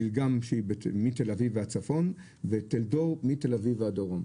מילגם שהיא בעצם מתל אביב והצפון וטלדור מתל אביב והדרום,